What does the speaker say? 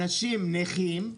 אנשים נכים,